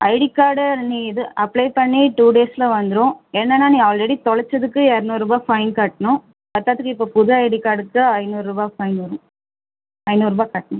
ID card நீ இது apply பண்ணி டூ டேஸில் வந்துடும் என்னென்னா நீ ஆல்ரெடி தொலைச்சத்துக்கு எரநூறுபா ஃபைன் கட்டணும் பற்றாததுக்கு இப்போ புது ஐடி கார்டுக்கு ஐநூறுரூபா ஃபைன் வரும் ஐநூறுரூபா கட்டணும்